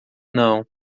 não